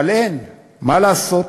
אבל אין, מה לעשות.